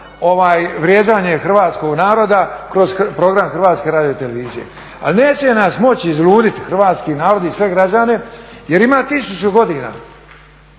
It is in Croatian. vrijeđanje hrvatskog naroda kroz program HRT-a. Ali neće nas moći izluditi, hrvatski narod i sve građane jer ima 1000 godina.